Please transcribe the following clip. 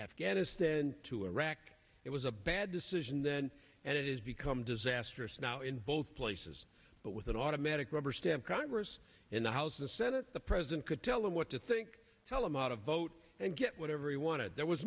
afghanistan to iraq it was a bad decision then and it has become disastrous now in both places but with an automatic rubber stamp congress in the house the senate the president could tell him what to think tell him out of vote and get whatever he wanted there was